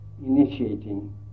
initiating